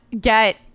get